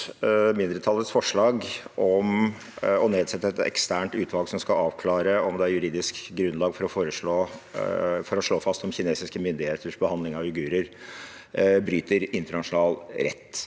mindretallets forslag om å nedsette et eksternt utvalg som skal avklare om det er juridisk grunnlag for å slå fast om kinesiske myndigheters behandling av uigurer bryter internasjonal rett.